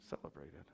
celebrated